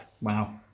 wow